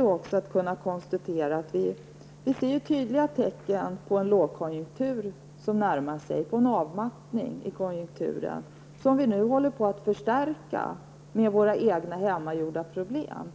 måste konstatera att det finns tydliga tecken på att en lågkonjunktur närmar sig. Vi har en avmattning i konjunkturen, som vi nu håller på att förstärka med våra hemmagjorda problem.